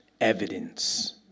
evidence